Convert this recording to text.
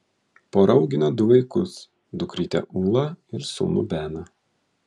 pora augina du vaikus dukrytę ulą ir sūnų beną